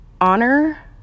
honor